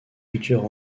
futurs